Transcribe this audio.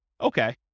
Okay